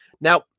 now